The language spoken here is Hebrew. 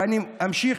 ואני אמשיך,